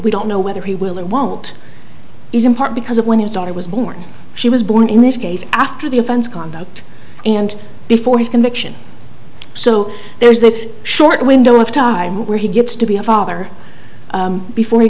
we don't know whether he will or won't is in part because of when his daughter was born she was born in this case after the offense conduct and before his conviction so there is this short window of time where he gets to be a father before he